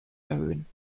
erhöhen